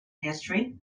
history